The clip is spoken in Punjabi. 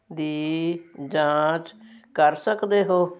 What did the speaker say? ਦੀ ਜਾਂਚ ਕਰ ਸਕਦੇ ਹੋ